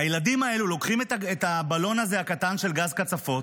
הילדים האלה לוקחים את הבלון הקטן של גז הקצפות,